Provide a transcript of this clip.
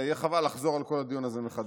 יהיה חבל לחזור על כל הדיון הזה מחדש.